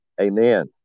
Amen